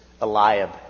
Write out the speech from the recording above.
Eliab